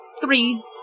Three